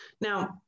Now